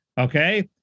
okay